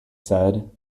said